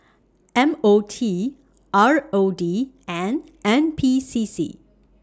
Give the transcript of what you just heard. M O T R O D and N P C C